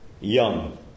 Young